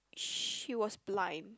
she was blind